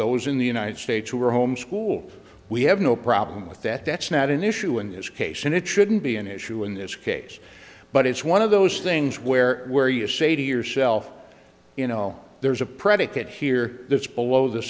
those in the united states who are homeschool we have no problem with that that's not an issue in this case and it shouldn't be an issue in this case but it's one of those things where where you say to yourself you know there's a predicate here that's below the